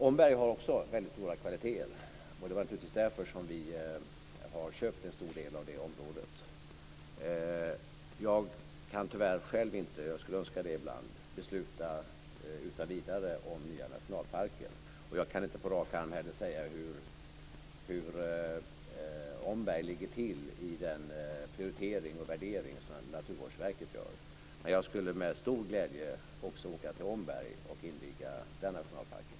Omberg har också väldigt stora kvaliteter. Det var därför som vi köpte in en stor del av det området. Jag skulle önska det ibland, men jag kan tyvärr själv inte utan vidare besluta om nya nationalparker. Jag kan inte heller på rak arm säga hur Omberg ligger till i den prioritering och värdering som Naturvårdsverket gör. Men jag skulle med stor glädje åka också till Omberg och inviga den nationalparken.